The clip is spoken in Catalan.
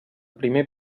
primer